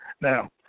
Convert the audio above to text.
Now